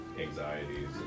anxieties